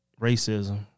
racism